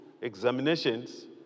examinations